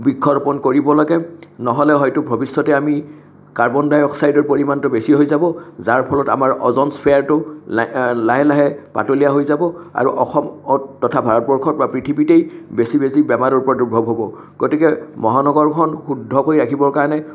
বৃক্ষ ৰোপণ কৰিব লাগে নহ'লে হয়তো ভৱিষ্যতে আমি কাৰ্বন ডাই অক্সাইডৰ পৰিমাণটো বেছি হৈ যাব যাৰ ফলত আমাৰ অ'জন স্ফেয়াৰটো লাহে লাহে পাতলীয়া হৈ যাব আৰু অসম তথা ভাৰতবৰ্ষত পৃথিৱীতেই বেছি বেছি বেমাৰৰ প্ৰাদুৰ্ভাৱ হ'ব গতিকে মহানগৰখন শুদ্ধ কৰি ৰাখিবৰ কাৰণে